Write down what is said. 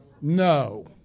No